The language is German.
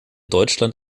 deutschland